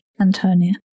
Antonia